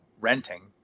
renting